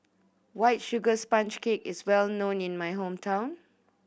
White Sugar Sponge Cake is well known in my hometown